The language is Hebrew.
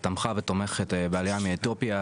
תמכה ותומכת בעלייה מאתיופיה.